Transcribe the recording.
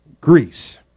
Greece